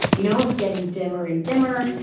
you know, it's getting dimmer and dimmer.